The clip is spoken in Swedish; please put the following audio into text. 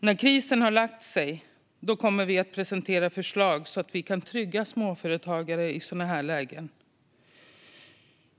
När krisen har lagt sig kommer vi att presentera förslag som kan trygga småföretagare i sådana här lägen.